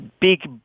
big